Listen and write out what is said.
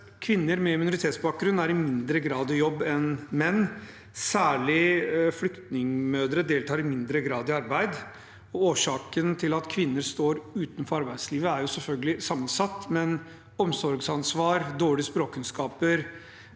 Kvinner med minoritetsbakgrunn er i mindre grad i jobb enn menn, særlig flyktningmødre deltar i mindre grad i arbeid. Årsaken til at kvinner står utenfor arbeidslivet er jo selvfølgelig sammensatt, men omsorgsansvar, dårlige språkkunnskaper,